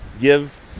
give